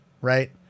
Right